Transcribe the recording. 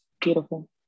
beautiful